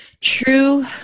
true